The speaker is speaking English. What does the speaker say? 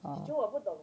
oh